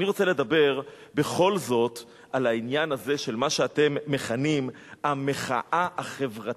אני רוצה לדבר בכל זאת על העניין הזה של מה שאתם מכנים "המחאה החברתית".